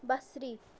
بصری